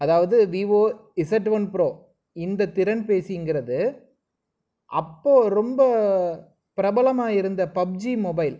அதாவது Vivo Z one pro இந்த திறன்பேசிங்கிறது அப்போது ரொம்ப பிரபளமாக இருந்த பப்ஜி மொபைல்